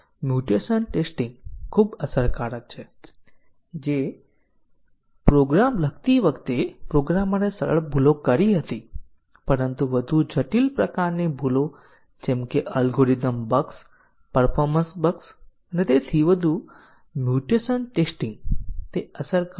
statement 6 માં આપણી પાસે વેરિયેબલ a નો ઉપયોગ છે અને વેરિયેબલ a ની વ્યાખ્યા પણ છે કારણ કે RHS પર દેખાવા ઉપરાંત LHS પર A દેખાય છે